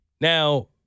Now